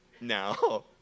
No